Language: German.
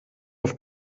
auf